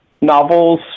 novels